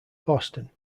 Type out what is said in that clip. boston